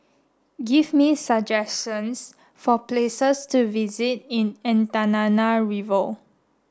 give me some suggestions for places to visit in Antananarivo